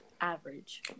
average